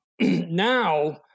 now